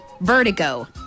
vertigo